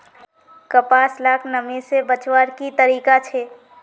कपास लाक नमी से बचवार की तरीका छे?